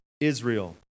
Israel